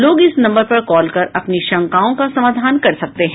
लोग इस नम्बर पर कॉल कर अपनी शंकाओं का समाधान कर सकते हैं